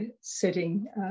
setting